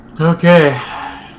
Okay